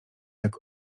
jak